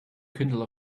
kindle